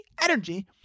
energy